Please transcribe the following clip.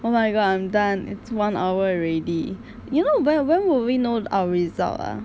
oh my god I'm done it's one hour already you know when when would we know our result ah